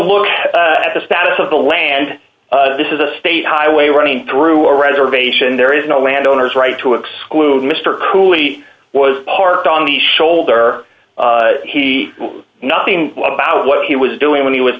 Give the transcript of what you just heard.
look at the status of the land this is a state highway running through a reservation there is no landowners right to exclude mr cooley was parked on the shoulder he nothing about what he was doing when he was